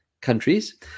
countries